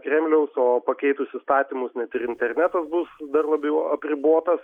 kremliaus o pakeitus įstatymus net ir internetas bus dar labiau apribotas